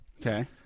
Okay